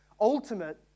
ultimate